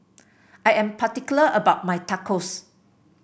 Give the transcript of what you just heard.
I am particular about my Tacos